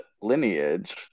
lineage